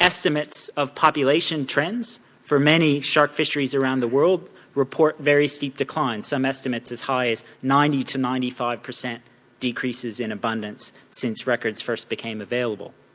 estimates of population trends for many shark fisheries around the world report very steep declines, some estimates as high as ninety percent to ninety five percent decreases in abundance since records first became available.